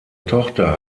tochter